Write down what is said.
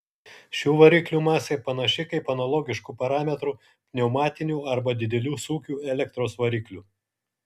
šių variklių masė panaši kaip analogiškų parametrų pneumatinių arba didelių sūkių elektros variklių